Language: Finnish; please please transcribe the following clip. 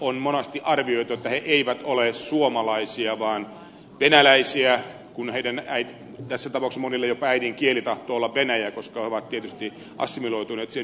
on monasti arvioitu että inkerinsuomalaiset eivät ole suomalaisia vaan venäläisiä kun tässä tapauksessa monilla jopa äidinkieli tahtoo olla venäjä koska he ovat tietysti assimiloituneet siihen yhteiskuntaan